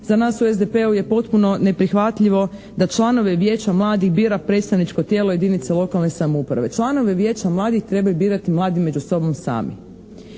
Za nas u SDP-u je potpuno neprihvatljivo da članove Vijeća mladih bira predstavničko tijelo jedinice lokalne samouprave. Članove Vijeća mladih trebaju birati mladi među sobom sami.